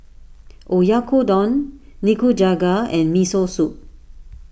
Oyakodon Nikujaga and Miso Soup